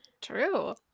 true